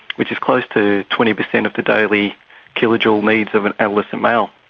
which is close to twenty per cent of the daily kilojoule needs of an adolescent male.